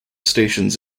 stations